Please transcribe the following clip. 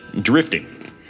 drifting